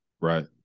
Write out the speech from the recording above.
Right